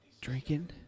drinking